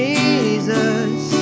Jesus